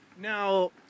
Now